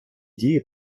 діє